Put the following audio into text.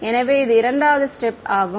எனவே இது இரண்டாவது ஸ்டேப் ஆகும்